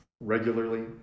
regularly